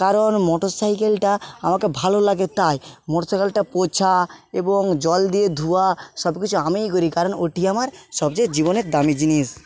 কারণ মোটর সাইকেলটা আমাকে ভালো লাগে তাই মোটর সাইকেলটা পোঁছা এবং জল দিয়ে ধোয়া সব কিছু আমিই করি কারণ ওটি আমার সবচেয়ে জীবনের দামি জিনিস